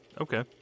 Okay